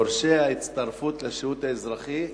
דורשי ההצטרפות לשירות האזרחי,